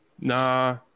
Nah